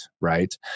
right